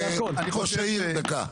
אה, ראש העיר, דקה.